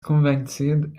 convicted